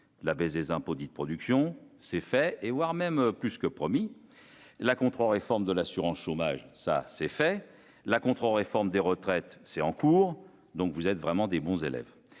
la baisse des impôts dits de production, c'est fait, et voire même plus que promis la contre-réforme de l'assurance chômage, ça c'est fait, la contre-réforme des retraites, c'est en cours, donc vous êtes vraiment des bons élèves,